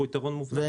הם